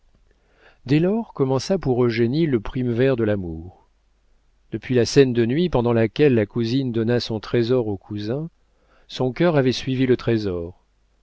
dès lors commença pour eugénie le primevère de l'amour depuis la scène de nuit pendant laquelle la cousine donna son trésor au cousin son cœur avait suivi le trésor